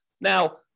Now